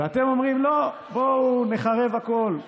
ואתם אומרים: לא, בואו נחרב הכול.